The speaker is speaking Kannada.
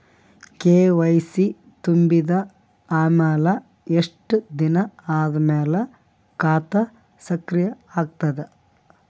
ಕೆ.ವೈ.ಸಿ ತುಂಬಿದ ಅಮೆಲ ಎಷ್ಟ ದಿನ ಆದ ಮೇಲ ಖಾತಾ ಸಕ್ರಿಯ ಅಗತದ?